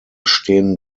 stehen